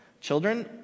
Children